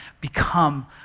become